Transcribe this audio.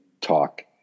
talk